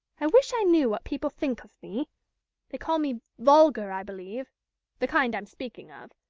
i wish i knew what people think of me they call me vulgar, i believe the kind i'm speaking of.